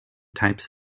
types